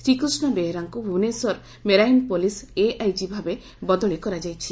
ଶ୍ରୀକୃଷ ବେହେରାଙ୍କୁ Bhubaneswar marine police AIG ଭାବେ ବଦଳି କରାଯାଇଛି